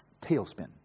tailspin